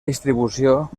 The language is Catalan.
distribució